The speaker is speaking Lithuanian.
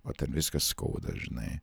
o ten viskas skauda žinai